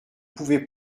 pouvait